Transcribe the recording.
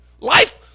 life